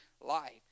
life